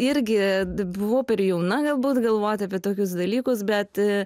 irgi buvau per jauna galbūt galvoti apie tokius dalykus bet